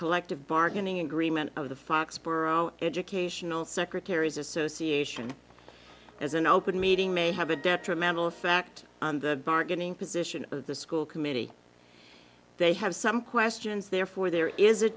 collective bargaining agreement of the foxboro educational secretary's association as an open meeting may have a detrimental effect on the bargaining position of the school committee they have some questions therefore there is a